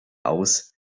aus